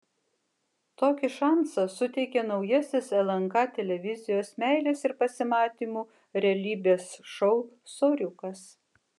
tokį šansą suteikia naujasis lnk televizijos meilės ir pasimatymų realybės šou soriukas